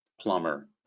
plumber